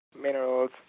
minerals